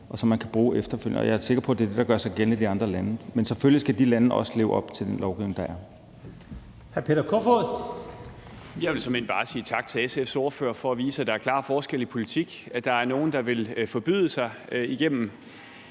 som man kan bruge efterfølgende. Jeg er sikker på, at det er det, der gør sig gældende i de andre lande. Men selvfølgelig skal de lande også leve op til den lovgivning, der er.